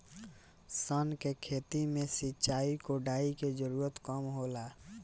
सन के खेती में सिंचाई, कोड़ाई के जरूरत कम होला